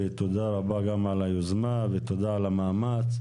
ותודה רבה גם על היוזמה ועל המאמץ.